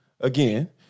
again